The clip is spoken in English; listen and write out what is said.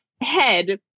head